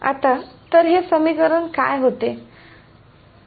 आता तर हे समीकरण काय होते